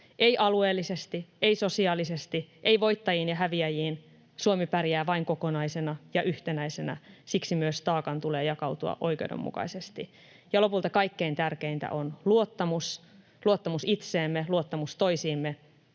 ei alueellisesti, ei sosiaalisesti, ei voittajiin ja häviäjiin. Suomi pärjää vain kokonaisena ja yhtenäisenä, siksi myös taakan tulee jakautua oikeudenmukaisesti. Ja lopulta kaikkein tärkeintä on luottamus: luottamus itseemme, luottamus toisiimme,